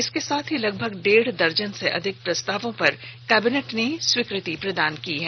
इसके साथ ही लगभग डेढ़ दर्जन से अधिक प्रस्तावों पर कैबिनेट ने स्वीकृति प्रदान की है